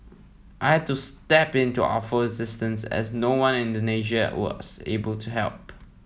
I had to step in to offer assistance as no one in Indonesia was able to help